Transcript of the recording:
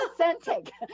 authentic